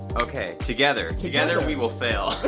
okay. together. together we will fail.